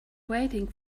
waiting